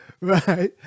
right